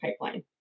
pipeline